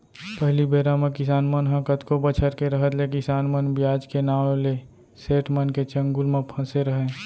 पहिली बेरा म किसान मन ह कतको बछर के रहत ले किसान मन बियाज के नांव ले सेठ मन के चंगुल म फँसे रहयँ